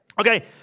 Okay